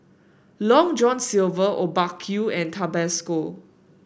Long John Silver Obaku and Tabasco